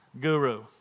guru